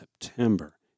September